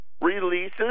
releases